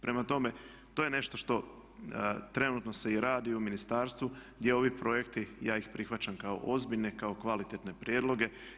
Prema tome, to je nešto što trenutno se i radi u ministarstvu gdje ovi projekti ja ih prihvaćam kao ozbiljne, kao kvalitetne prijedloge.